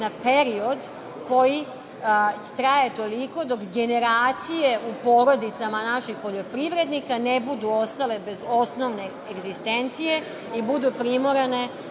period koji traje toliko dok generacije u porodicama u naših poljoprivrednika ne budu ostale bez osnovne egzistencije i budu primorane